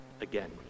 again